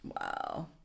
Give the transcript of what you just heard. Wow